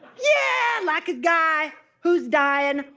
yeah, like a guy who's dying,